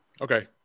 Okay